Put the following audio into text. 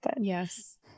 Yes